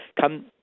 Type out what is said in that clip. come